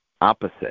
opposite